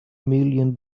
million